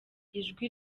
ijwi